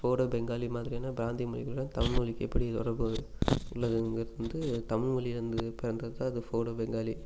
போடோ பெங்காலி மாதிரியான பிராந்திய மொழிகளுடன் தமிழ்மொழிக்கு எப்படி தொடர்பு உள்ளதுங்கிறது வந்து தமிழ்மொழில இருந்து பிறந்தது தான் இந்த போடோ பெங்காலி